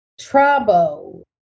trouble